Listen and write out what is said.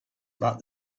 about